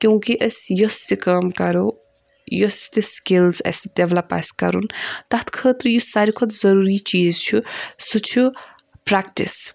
کیوں کہِ أسۍ یُس تہِ کٲم کَرو یُس تہِ سِکِلز اَسہِ ڈؠولَپ آسہِ کَرُن تَتھ خٲطرٕ یُس ساروی کھۄتہٕ ضٔروٗری چیٖز چھُ سُہ چھُ پرٛؠکٹِس